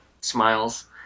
smiles